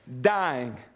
dying